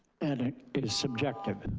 and it is subjective.